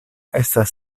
estas